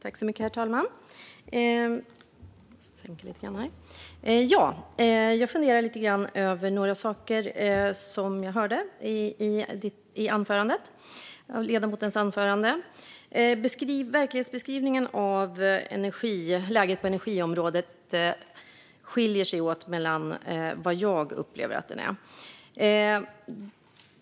Herr talman! Jag funderar lite grann över några saker jag hörde i ledamotens anförande. Beskrivningen av läget på energiområdet skiljer sig från hur jag upplever att läget är.